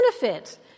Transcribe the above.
benefit